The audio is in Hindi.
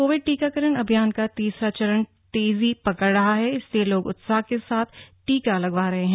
कोविड टीकाकरण अभियान का तीसरा चरण तेजी पकड रहा है इसलिए लोग उत्साह के साथ टीका लगवा रहे हैं